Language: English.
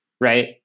right